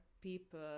people